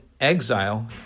exile